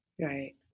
Right